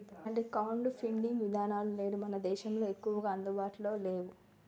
ఇలాంటి crowd funding విధానాలు నేడు మన దేశంలో ఎక్కువగా అందుబాటులో నేవు